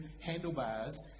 handlebars